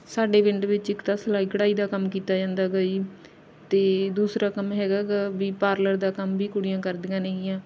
ਸਾਡੇ ਪਿੰਡ ਵਿੱਚ ਇੱਕ ਤਾਂ ਸਿਲਾਈ ਕਢਾਈ ਦਾ ਕੰਮ ਕੀਤਾ ਜਾਂਦਾ ਗਾ ਜੀ ਅਤੇ ਦੂਸਰਾ ਕੰਮ ਹੈਗਾ ਗਾ ਵੀ ਪਾਰਲਰ ਦਾ ਕੰਮ ਵੀ ਕੁੜੀਆਂ ਕਰਦੀਆਂ ਨੇ ਗੀਆਂ